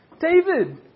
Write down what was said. David